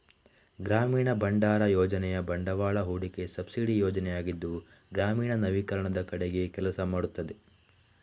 ಗ್ರಾಮೀಣ ಭಂಡಾರ ಯೋಜನೆ ಬಂಡವಾಳ ಹೂಡಿಕೆ ಸಬ್ಸಿಡಿ ಯೋಜನೆಯಾಗಿದ್ದು ಗ್ರಾಮೀಣ ನವೀಕರಣದ ಕಡೆಗೆ ಕೆಲಸ ಮಾಡುತ್ತದೆ